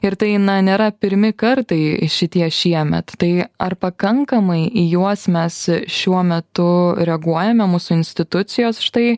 ir tai nėra pirmi kartai šitie šiemet tai ar pakankamai į juos mes šiuo metu reaguojame mūsų institucijos štai